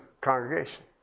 congregation